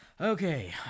Okay